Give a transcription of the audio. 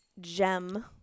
gem